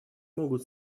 могут